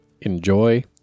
Enjoy